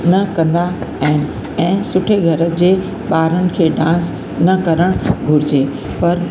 न कंदा आहिनि ऐं सुठे घर जे ॿारनि खे डांस न करण घुरिजे पर